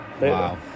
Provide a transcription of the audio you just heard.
Wow